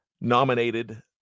nominated